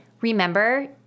Remember